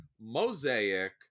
Mosaic